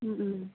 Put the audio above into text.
ও ও